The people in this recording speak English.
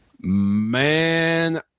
Man